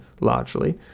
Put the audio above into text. largely